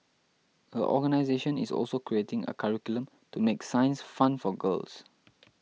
her organisation is also creating a curriculum to make science fun for girls